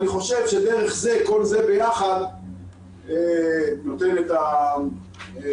אני חושב שכל זה ביחד נותן את דרך הטיפול.